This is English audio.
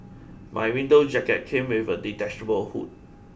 my winter jacket came with a detachable hood